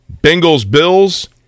Bengals-Bills